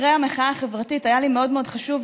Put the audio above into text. אחרי המחאה החברתית היה לי חשוב מאוד מאוד